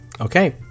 okay